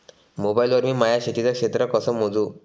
Mobile वर मी माया शेतीचं क्षेत्र कस मोजू?